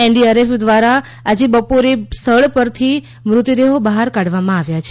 NDRF દ્વારા આજે બપોરે સ્થળ પરથી મૃતદેહો બહાર કાઢવામાં આવ્યા છે